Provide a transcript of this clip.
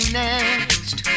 next